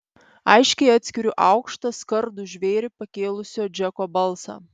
aiškiai atskiriu aukštą skardų žvėrį pakėlusio džeko balsą